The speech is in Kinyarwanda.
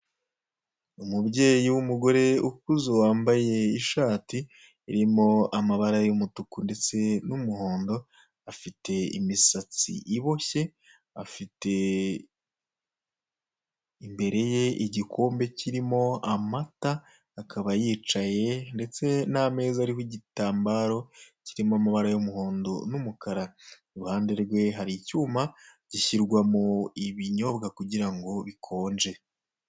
Umubyeyi wumugore ukuze wambaye ishati irimo amabara yumutuku ndetse n'umuhondo afite imisatsi iboshye, afite imbere ye igikombe kirimo amata, akaba yicaye ndetse n'ameza ariho igitambaro kirimo amabara'umuhondo n'umukara iruhande rwe hari icyuma gishyirwa mu ibinyobwa kugirango bikonge.